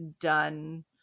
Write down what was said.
done